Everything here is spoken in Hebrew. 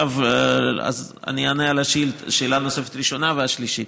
אז אני אענה על השאלות הנוספות הראשונה והשלישית,